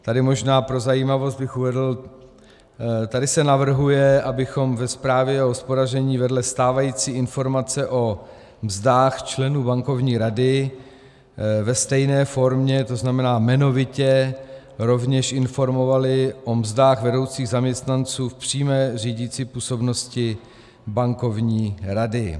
Tady bych možná pro zajímavost uvedl tady se navrhuje, abychom ve zprávě o hospodaření vedle stávající informace o mzdách členů Bankovní rady ve stejné formě, to znamená jmenovitě, rovněž informovali o mzdách vedoucích zaměstnanců v přímé řídicí působnosti Bankovní rady.